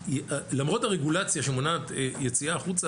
למרות הרגולציה שמונעת יציאה החוצה,